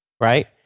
right